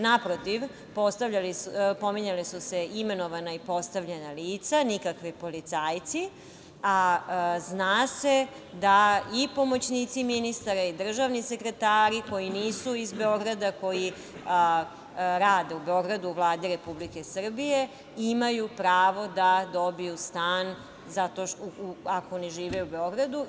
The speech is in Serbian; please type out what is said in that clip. Naprotiv, pominjala su se imenovana i postavljena lica, nikakvi policajci, a zna se da i pomoćnici ministara i državni sekretari koji nisu iz Beograda, koji rade u Beogradu u Vladi Republike Srbije, imaju pravo da dobiju stan ako ne žive u Beogradu.